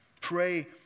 Pray